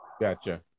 Gotcha